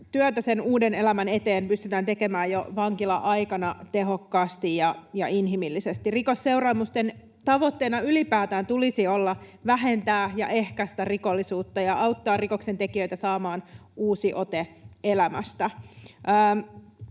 työtä sen uuden elämän eteen pystytään tekemään jo vankila-aikana tehokkaasti ja inhimillisesti. Rikosseuraamusten tavoitteena ylipäätään tulisi olla vähentää ja ehkäistä rikollisuutta ja auttaa rikoksentekijöitä saamaan uusi ote elämästä.